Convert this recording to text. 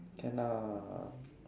can ah